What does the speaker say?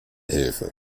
hilfe